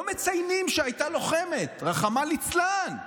לא מציינים שהייתה לוחמת, רחמנא ליצלן.